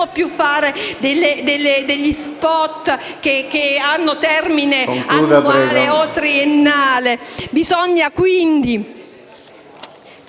più fare degli *spot* che hanno termine annuale o triennale.